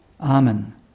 Amen